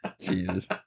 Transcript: Jesus